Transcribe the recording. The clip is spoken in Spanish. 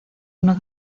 uno